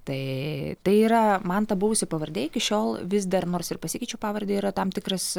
tai tai yra man ta buvusi pavardė iki šiol vis dar nors ir pasikeičiau pavardę yra tam tikras